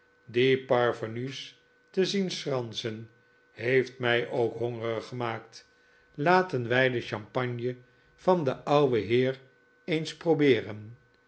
die parvenu's te zien schransen heeft mij ook hongerig gemaakt laten wij de champagne van den ouwen heer eens probeeren